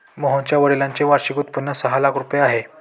मोहनच्या वडिलांचे वार्षिक उत्पन्न सहा लाख रुपये आहे